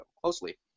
closely